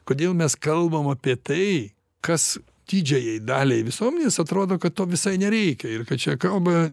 kodėl mes kalbam apie tai kas didžiajai daliai visuomenės atrodo kad to visai nereikia ir kad čia kalba